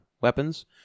weapons